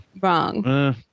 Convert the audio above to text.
wrong